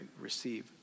receive